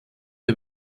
der